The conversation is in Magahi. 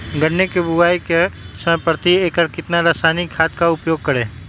गन्ने की बुवाई के समय प्रति एकड़ कितना रासायनिक खाद का उपयोग करें?